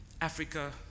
Africa